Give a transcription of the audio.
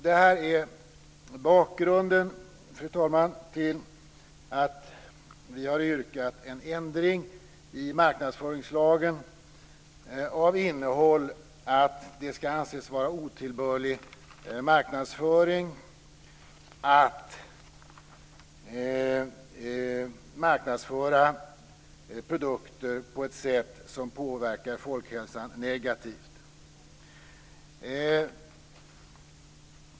Det här är bakgrunden, fru talman, till att vi har yrkat en ändring i marknadsföringslagen av innehåll att det skall anses vara otillbörlig marknadsföring att marknadsföra produkter på ett sätt som påverkar folkhälsan negativt.